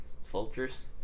soldiers